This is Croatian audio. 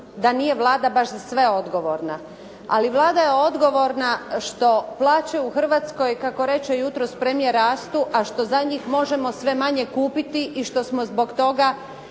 da nije Vlada baš za sve odgovorna, ali Vlada je odgovorna što plaće u Hrvatskoj kako reče jutros premijer, rastu, a što za njih možemo sve manje kupiti i što smo zbog toga